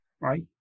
right